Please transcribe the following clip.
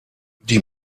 die